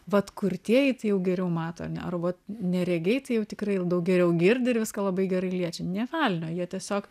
vat kurtieji tai jau geriau mato ane ar vat neregiai tai jau tikrai daug geriau girdi ir viską labai gerai liečia nė velnio jie tiesiog